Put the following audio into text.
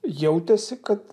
jautėsi kad